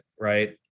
right